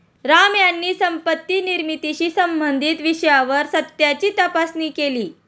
राम यांनी संपत्ती निर्मितीशी संबंधित विषयावर सत्याची तपासणी केली